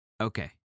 Okay